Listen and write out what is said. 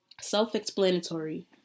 self-explanatory